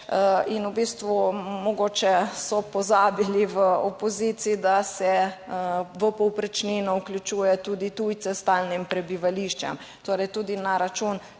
In v bistvu mogoče so pozabili v opoziciji, da se v povprečnino vključuje tudi tujce s stalnim prebivališčem, torej tudi na račun